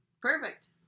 Perfect